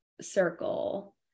circle